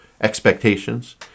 Expectations